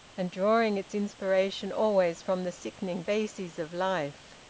and drawing its inspiration always from the sickening bases of life.